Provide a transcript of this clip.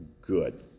good